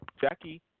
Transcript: Jackie